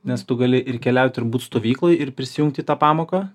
nes tu gali ir keliaut ir būt stovykloj ir prisijungt į tą pamoką